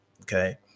Okay